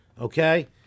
Okay